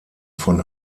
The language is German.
von